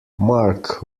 marc